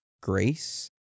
Grace